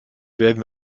werden